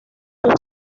sus